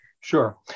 Sure